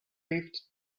lift